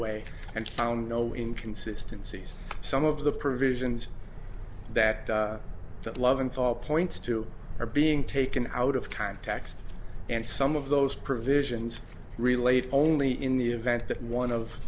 way and found no inconsistency some of the provisions that that loving thought points to are being taken out of context and some of those provisions relate only in the event that one of